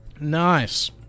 Nice